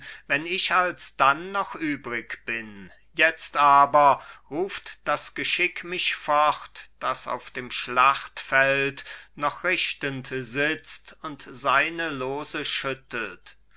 wenn ich alsdann noch übrig bin jetzt aber ruft das geschick mich fort das auf dem schlachtfeld noch richtend sitzt und seine lose schüttelt